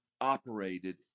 operated